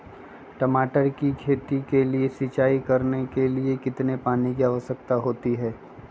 टमाटर की खेती के लिए सिंचाई करने के लिए कितने पानी की आवश्यकता होती है?